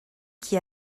qui